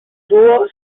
duo